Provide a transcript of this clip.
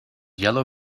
yellow